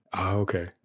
Okay